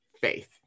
faith